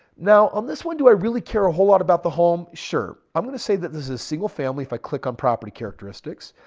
now on this one, do i really care a whole lot about the home? sure. i'm going to say that this is a single-family if i click on property characteristics.